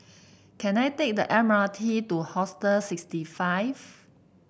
can I take the M R T to Hostel sixty five